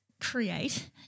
create